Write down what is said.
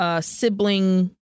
sibling